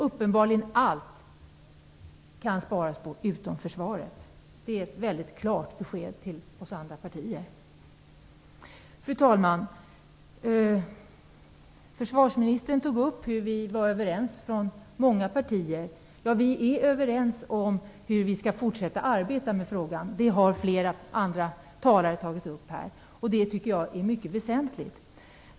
Uppenbarligen kan man spara på allt utom på försvaret. Det är ett mycket klart besked till de andra partierna. Fru talman! Försvarsministern sade att många partier var överens. Vi är överens om hur vi skall fortsätta arbeta med frågan. Det har flera andra talare tagit upp här. Det tycker jag är mycket väsentligt.